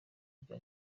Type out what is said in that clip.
bya